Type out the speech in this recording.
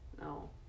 No